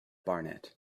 barnett